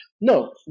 no